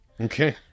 Okay